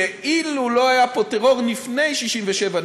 כאילו לא היה פה טרור לפני 1967,